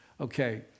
okay